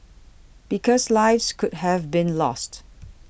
because lives could have been lost